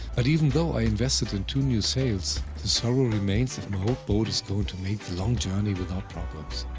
but even though i invested in two new sails, the sorrow remains if my old boat is going to make the long journey without problems.